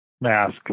mask